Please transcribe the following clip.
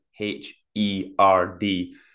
H-E-R-D